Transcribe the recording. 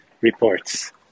reports